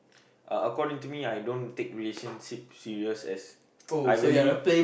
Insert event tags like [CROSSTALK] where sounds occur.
uh according to me I don't take relationship serious as [NOISE] I really